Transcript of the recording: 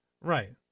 Right